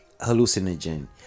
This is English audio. hallucinogen